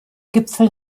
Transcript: gipfel